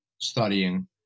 studying